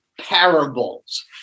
parables